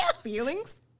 Feelings